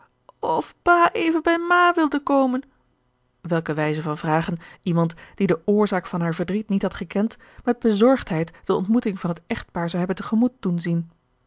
of pa even bij ma wilde komen welke wijze van vragen iemand die de oorzaak van haar verdriet niet had gekend met bezorgdheid de ontmoeting van het echtpaar zou hebben te gemoet doen zien